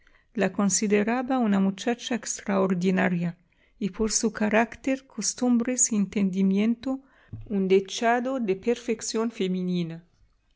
la consideraba una muchacha extraordinaria y por su carácter costumbres y entendimiento un dechado de perfección femenina